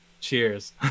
Cheers